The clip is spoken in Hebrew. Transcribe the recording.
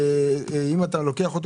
אם אתה לוקח אותו,